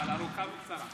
אדוני השר,